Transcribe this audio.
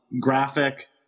graphic